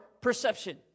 perception